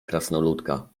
krasnoludka